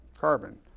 carbon